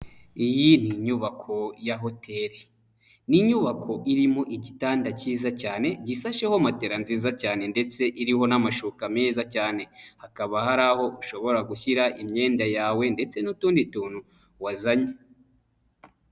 Iyi ni inyubako ya hotel . Ni inyubako irimo igitanda cyiza cyane gisasheho moterala nziza cyane ndetse iriho n'amashuka meza cyane. Hakaba hari aho ushobora gushyira imyenda yawe ndetse n'utundi tuntu wazanye.